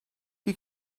you